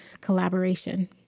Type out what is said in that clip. collaboration